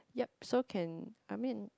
yup so can I mean